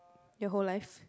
your whole life